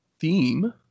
theme